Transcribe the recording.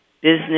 business